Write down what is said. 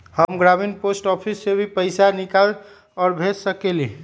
हम ग्रामीण post office से भी पैसा निकाल और भेज सकेली?